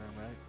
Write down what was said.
right